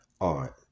art